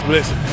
Listen